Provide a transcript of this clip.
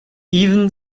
even